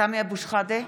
(קוראת בשמות חברי הכנסת) סמי אבו שחאדה,